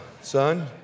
son